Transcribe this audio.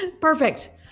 Perfect